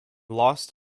lost